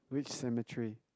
which cemetery